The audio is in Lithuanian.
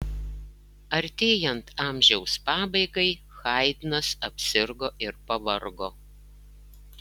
artėjant amžiaus pabaigai haidnas apsirgo ir pavargo